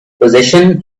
possession